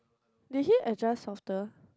did he adjust softer